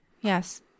Yes